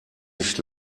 nicht